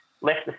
left